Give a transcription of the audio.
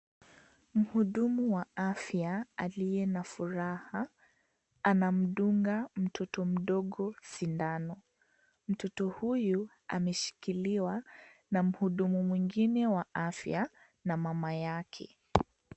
Muhudumu wa afya, aliye na furaha, anamdunga, mtoto mdogo, sindano, mtoto huyu, ameshikiliwa, na muhudumu mwingine, wa afya, na mama yake.